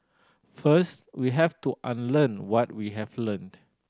first we have to unlearn what we have learnt